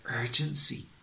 urgency